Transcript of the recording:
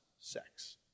sex